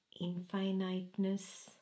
infiniteness